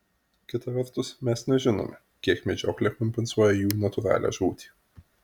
kita vertus mes nežinome kiek medžioklė kompensuoja jų natūralią žūtį